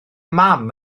mam